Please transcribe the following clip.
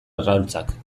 arrautzak